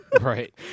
Right